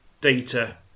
Data